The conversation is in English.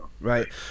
Right